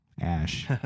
Ash